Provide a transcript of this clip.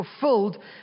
fulfilled